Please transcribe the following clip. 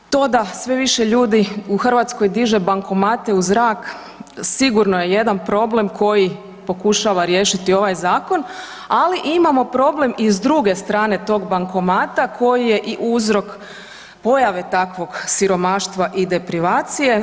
To da sve više ljudi u Hrvatskoj diže bankomate u zrak sigurno je jedan problem koji pokušava riješiti ovaj zakon, ali imamo problem i s druge strane tog bankomata koji je i uzrok pojave takvog siromaštva i deprivacije.